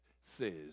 says